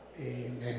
Amen